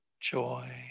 joy